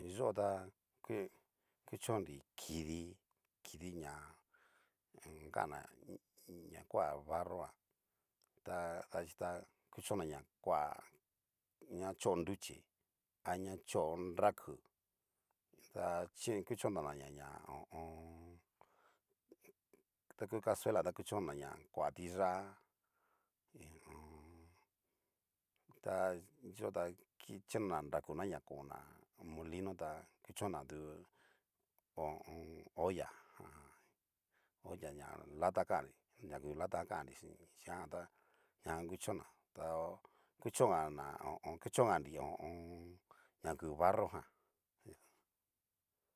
Niyó ta kuchonri kidi, kidi ña kana ña koa barro jan, ta daxhichí ta kuchon na ña koa ña chó nruchí, aña chó nraku ta chín kuchontan'naña ña ho o on. ta ku casuela jan ta kuchon'naña na koa tiyá y hon. ta yo ta kichon'na nrakuna, ña kona molino tá kuchon ná tu ho o on. olla hay olla na lata kan'nri ña ngu lata kan'nri chianjan tá, ñajan kuchonna ta ho kuchongana ho o on. kuchonganri ho o on. na ku barro jan.